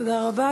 תודה רבה.